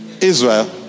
Israel